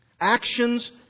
Actions